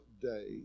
day